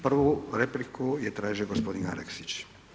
Prvu repliku je tražio gospodin Aleksić.